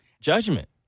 judgment